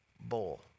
bowl